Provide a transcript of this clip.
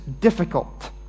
difficult